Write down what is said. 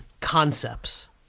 concepts